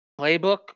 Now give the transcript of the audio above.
playbook